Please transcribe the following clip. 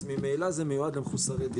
אז ממילא זה נועד למחוסרי דיור.